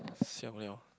siao [liao]